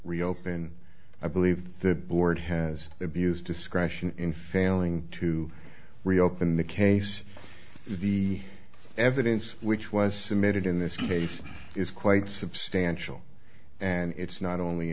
reopen i believe the board has abused discretion in failing to reopen the case the evidence which was submitted in this case is quite substantial and it's not only